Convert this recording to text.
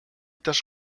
też